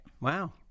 Wow